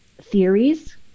theories